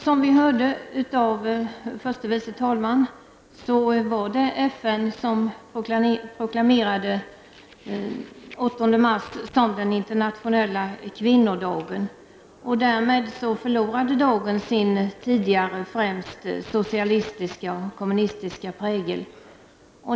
Som vi hörde av förste vice talmannen var det FN som proklamerade den 8 mars som den internationella kvinnodagen. Därmed förlorade dagen sin tidigare främst socialistiska och kommunistiska prägel.